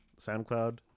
SoundCloud